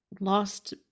lost